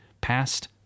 past